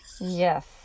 Yes